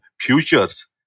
futures